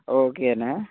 ఓకేనా